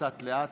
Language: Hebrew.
קצת לאט,